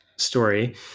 story